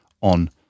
on